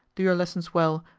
do your lessons well,